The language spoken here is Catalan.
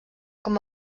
com